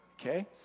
okay